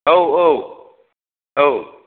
औ औ औ